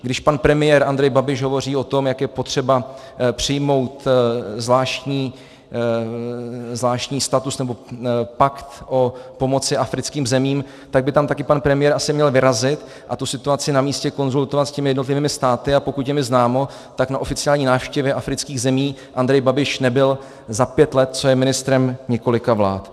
Když pan premiér Andrej Babiš hovoří o tom, jak je potřeba přijmout zvláštní status nebo pakt o pomoci africkým zemím, tak by tam také pan premiér asi měl vyrazit a situaci namístě konzultovat s těmi jednotlivými státy, a pokud je mi známo, tak na oficiální návštěvě afrických zemí Andrej Babiš nebyl za pět let, co je ministrem několika vlád.